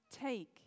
Take